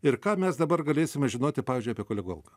ir ką mes dabar galėsime žinoti pavyzdžiui apie kolegų algą